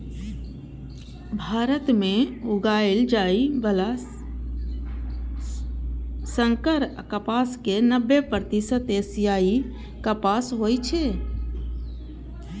भारत मे उगाएल जाइ बला संकर कपास के नब्बे प्रतिशत एशियाई कपास होइ छै